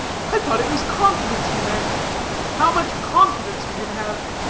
i thought it was confidence you meant how much confidence you should have.